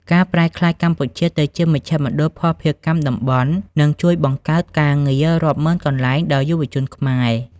ការប្រែក្លាយកម្ពុជាទៅជា "មជ្ឈមណ្ឌលភស្តុភារកម្មតំបន់" នឹងជួយបង្កើតការងាររាប់ម៉ឺនកន្លែងដល់យុវជនខ្មែរ។